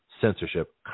censorship